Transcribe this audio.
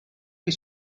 que